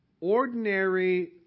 ordinary